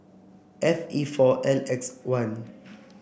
F E four N X one